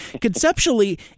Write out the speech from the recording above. conceptually